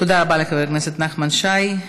תודה רבה לחבר הכנסת נחמן שי.